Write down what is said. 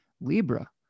libra